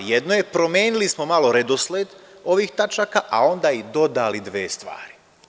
Jedna je, promenili smo malo redosled ovih tačaka, a onda i dodali dve stvari.